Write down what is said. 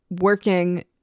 working